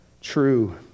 True